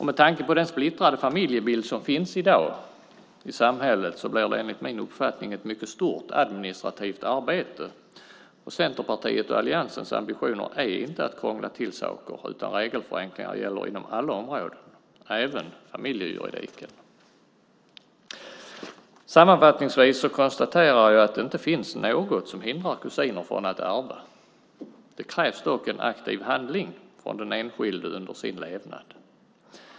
Med tanke på den splittrade familjebild som finns i dag i samhället blir det enligt min uppfattning ett mycket stort administrativt arbete, och Centerpartiets och alliansens ambitioner är inte att krångla till saker, utan regelförenklingar gäller inom alla områden - även familjejuridiken. Sammanfattningsvis konstaterar jag att det inte finns något som hindrar kusiner från att ärva. Det krävs dock en aktiv handling från den enskilde under hans levnad.